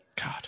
God